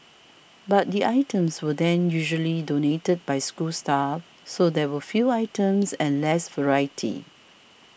but the items were then usually donated by school staff so there were few items and less variety